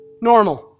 normal